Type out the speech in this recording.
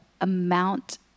amount